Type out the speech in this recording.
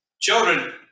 Children